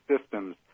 systems